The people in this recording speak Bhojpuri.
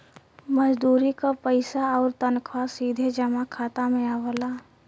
मजदूरी क पइसा आउर तनखा सीधे जमा खाता में आवला